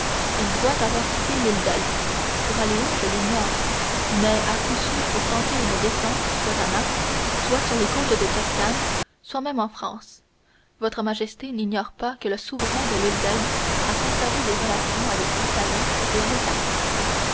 il doit avoir quitté l'île d'elbe pour aller où je l'ignore mais à coup sûr pour tenter une descente soit à naples soit sur les côtes de toscane soit même en france votre majesté n'ignore pas que le souverain de l'île d'elbe a conservé des relations avec l'italie et avec la france